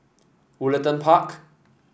Woollerton Park